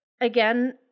again